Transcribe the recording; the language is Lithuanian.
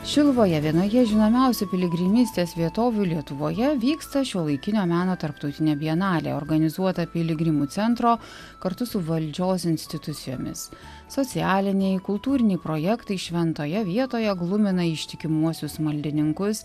šiluvoje vienoje žinomiausių piligrimystės vietovių lietuvoje vyksta šiuolaikinio meno tarptautinė bienalė organizuota piligrimų centro kartu su valdžios institucijomis socialiniai kultūriniai projektai šventoje vietoje glumina ištikimuosius maldininkus